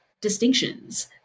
distinctions